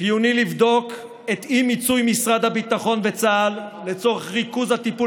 חיוני לבדוק את אי-מיצוי משרד הביטחון וצה"ל לצורך ריכוז הטיפול